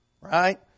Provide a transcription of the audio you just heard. Right